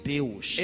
Deus